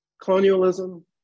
Colonialism